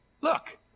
look